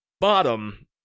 bottom